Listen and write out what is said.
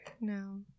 No